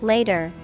Later